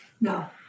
No